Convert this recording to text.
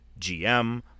GM